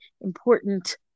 important